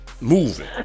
moving